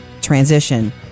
transition